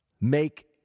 make